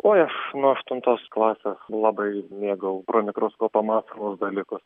oj aš nuo aštuntos klasės labai mėgau pro mikroskopą matomus dalykus